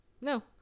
No